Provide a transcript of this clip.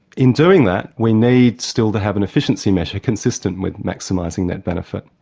in doing that, we need still to have an efficiency measure consistent with maximising that benefit.